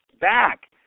back